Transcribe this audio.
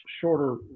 shorter